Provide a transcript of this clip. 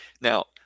Now